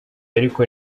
ariko